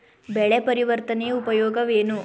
ಬೆಳೆ ಪರಿವರ್ತನೆಯ ಉಪಯೋಗವೇನು?